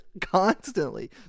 constantly